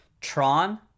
Tron